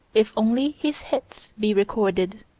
if only his hits be recorded?